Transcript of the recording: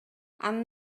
анын